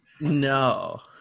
no